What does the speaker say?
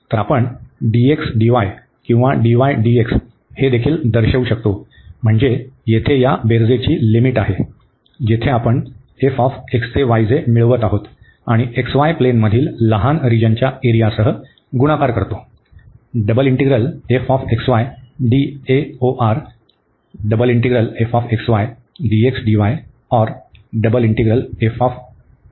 तर आपण dx dy किंवा dy dx हे देखील दर्शवू शकतो म्हणजे येथे या बेरीजची लिमिट येथे आहे जिथे आपण हे मिळवत आहोत आणि x y प्लेनमधील लहान रिजनच्या एरियासह गुणाकार करतो